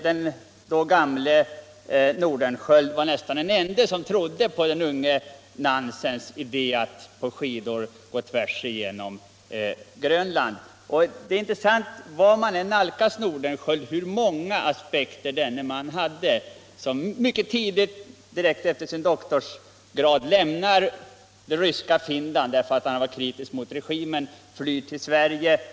Den då gamle Nordenskiöld var nästan den ende som trodde på den unge Nansens idé att på skidor ta sig tvärsöver Grönland. Det är intressant att se hur många aspekter som kan anläggas på Nordenskiöld, oavsett hur man nalkas honom. Mycket tidigt, direkt efter sin doktorsdisputation, flydde han från det ryska Finland, därför att han var kritiskt inställd mot regimen.